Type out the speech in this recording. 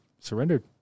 surrendered